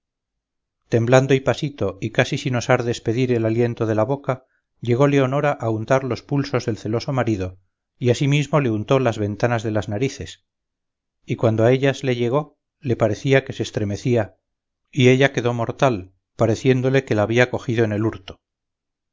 temblando y pasito y casi sin osar despedir el aliento de la boca llegó leonora a untar los pulsos del celoso marido y asimismo le untó las ventanas de las narices y cuando a ellas le llegó le parecía que se estremecía y ella quedó mortal pareciéndole que la había cogido en el hurto